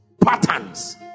patterns